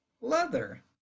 leather